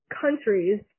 countries